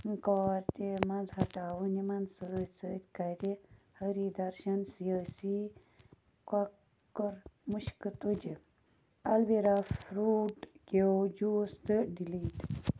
کارٹہٕ منٛز ہٹاوُن یِمن سۭتۍ سۭتۍ کَرِ ہری درشن سِیٲسی کۄکر مُشکہٕ تُجہِ الویرا فرٛوٗٹ کیٛو جوٗس تہٕ ڈِلیٖٹ